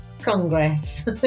congress